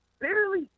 barely